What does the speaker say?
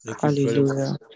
Hallelujah